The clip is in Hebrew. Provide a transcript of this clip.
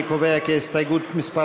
אני קובע כי הסתייגות מס'